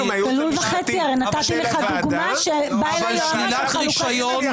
מהייעןץ המשפטי של הוועדה שאם יחשבו שכלול-